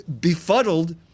befuddled